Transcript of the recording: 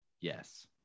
Yes